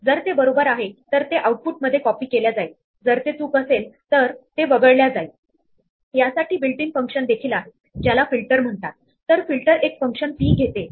जर आपण caret symbol वापरला तर आपल्याला पहिल्या सेट मधून 1 आणि 9 हे नंबर मिळतील आणि दुसऱ्या सेट मधून 2 हा नंबर मिळेल कारण 3 5 7 व 11 हे नंबर दोन्ही सेटमध्ये येतात